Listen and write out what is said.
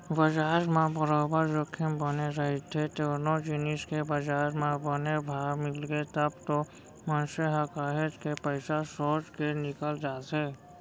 बजार म बरोबर जोखिम बने रहिथे कोनो जिनिस के बजार म बने भाव मिलगे तब तो मनसे ह काहेच के पइसा सोट के निकल जाथे